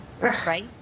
Right